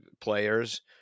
players